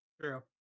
True